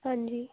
ਹਾਂਜੀ